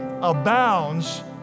abounds